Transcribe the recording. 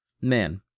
Man